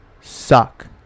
suck